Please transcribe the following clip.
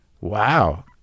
Wow